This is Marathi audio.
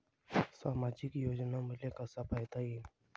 सामाजिक योजना मले कसा पायता येईन?